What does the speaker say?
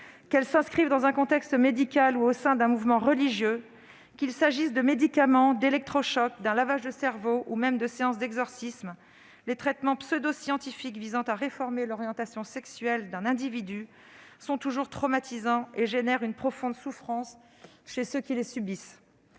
Qu'elles s'inscrivent dans un contexte médical ou au sein d'un mouvement religieux, qu'il s'agisse de médicaments, d'électrochocs, d'un lavage de cerveau ou même de séances d'exorcisme, les traitements pseudoscientifiques visant à réformer l'orientation sexuelle d'un individu sont toujours traumatisants et suscitent une profonde souffrance chez ceux qui les subissent.